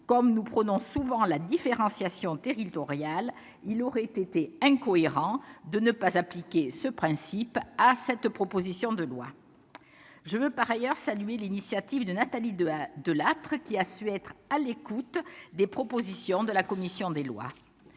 Comme nous prônons souvent la différenciation territoriale, il eût été incohérent de ne pas appliquer ce principe à cette proposition de loi. Je veux par ailleurs saluer l'initiative de Nathalie Delattre, qui a su être à l'écoute des propositions de la commission des lois.